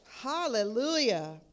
hallelujah